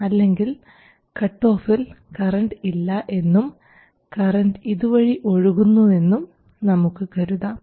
അല്ലെങ്കിൽ കട്ട് ഓഫിൽ കറണ്ട് ഇല്ല എന്നും കറൻറ് ഇതുവഴി ഒഴുകുന്നുവെന്നും നമുക്ക് കരുതാം